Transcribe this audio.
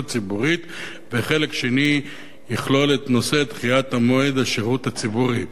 ציבורית והחלק השני יכלול את נושא דחיית המועד לרשות ציבורית.